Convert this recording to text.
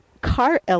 car